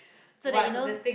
so that you know